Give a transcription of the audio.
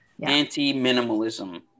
Anti-minimalism